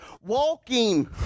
walking